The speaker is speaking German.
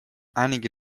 einige